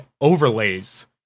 overlays